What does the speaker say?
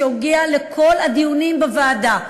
שהגיע לכל הדיונים בוועדה,